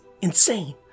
insane